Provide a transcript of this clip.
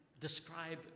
describe